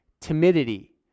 timidity